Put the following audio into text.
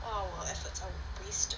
怕我 efforts all waste